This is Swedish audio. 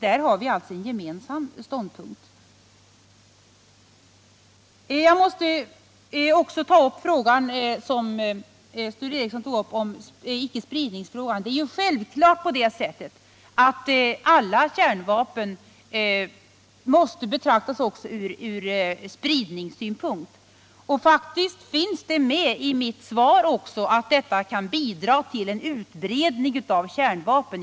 Här har vi alltså en gemensam ståndpunkt. Sture Ericson tog också upp icke-spridningsfrågan. Det är självklart att alla kärnvapen också måste ses från spridningssynpunkt. Faktiskt finns det med i mitt svar att detta kan bidra till en utbredning av kärnvapnen.